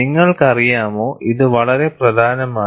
നിങ്ങൾക്കറിയാമോ ഇത് വളരെ പ്രധാനമാണ്